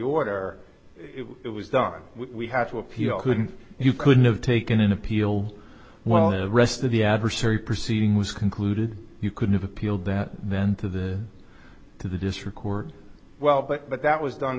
order it was done we had to appeal couldn't you couldn't have taken an appeal well if the rest of the adversary proceeding was concluded you could have appealed that then to the to the district court well but but that was done